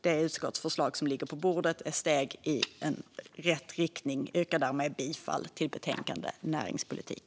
Det utskottsförslag som ligger på bordet är steg i rätt riktning. Jag yrkar härmed bifall till utskottets förslag i betänkandet Näringspolitik .